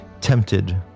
tempted